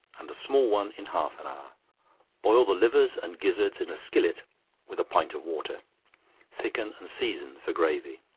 and a small one in half an hour boil the livers and gizzards in a skillet with a pint of water thicken and season for gravy.